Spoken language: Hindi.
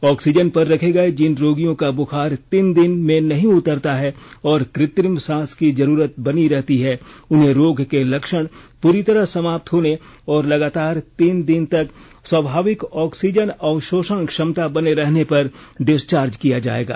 ऑक्सीजन पर रखे गए जिन रोगियों का बुखार तीन दिन में नहीं उतरता है और कृत्रिम सांस की जरूरत बनी रहती है उन्हें रोग के लक्षण पूरी तरह समाप्त होने और लगातार तीन दिन तक स्वाभाविक ऑक्सीजन अवशोषण क्षमता बने रहने पर डिस्वार्ज किया जाएगा